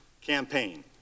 campaign